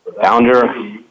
founder